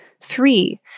Three